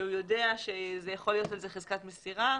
ושהוא יודע שיכולה להיות חזקת מסירה.